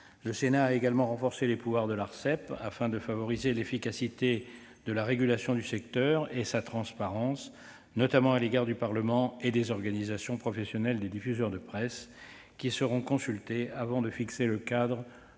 Le Sénat a également renforcé les pouvoirs de l'Arcep, afin de favoriser l'efficacité de la régulation du secteur et sa transparence, notamment à l'égard du Parlement et des organisations professionnelles des diffuseurs de presse, qui seront consultées avant de fixer le cadre